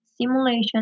simulation